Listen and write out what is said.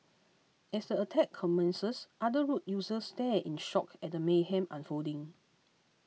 as the attack commences other road users stared in shock at the mayhem unfolding